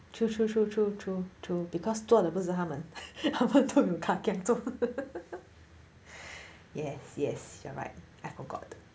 true true true true true true because 做的不是他们 all the kakia 做 yes yes you're right I forgot